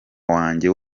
wanjye